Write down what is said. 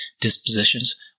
dispositions